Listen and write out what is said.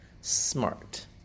smart